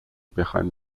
بخواین